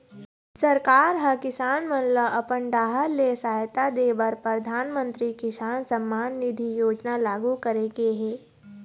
सरकार ह किसान मन ल अपन डाहर ले सहायता दे बर परधानमंतरी किसान सम्मान निधि योजना लागू करे गे हे